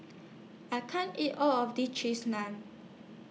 I can't eat All of This Cheese Naan